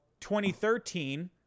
2013